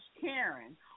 Karen